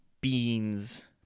beans